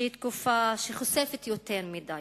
שהיא תקופה שחושפת יותר מדי,